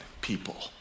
people